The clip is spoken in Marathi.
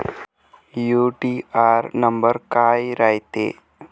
यू.टी.आर नंबर काय रायते?